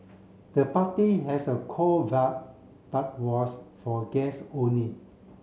the party has a cool vibe but was for guest only